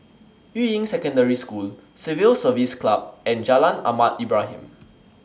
Yuying Secondary School Civil Service Club and Jalan Ahmad Ibrahim